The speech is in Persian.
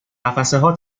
قفسهها